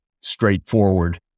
straightforward